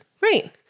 Right